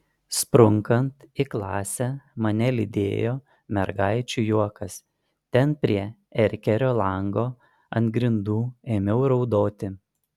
sprunkant į klasę mane lydėjo mergaičių juokas ten prie erkerio lango ant grindų ėmiau raudoti